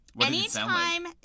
anytime